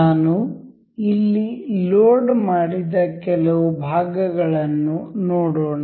ನಾನು ಇಲ್ಲಿ ಲೋಡ್ ಮಾಡಿದ ಕೆಲವು ಭಾಗಗಳನ್ನು ನೋಡೋಣ